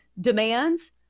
demands